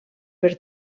per